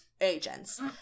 Agents